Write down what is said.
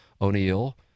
O'Neill